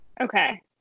Okay